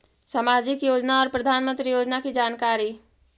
समाजिक योजना और प्रधानमंत्री योजना की जानकारी?